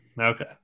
Okay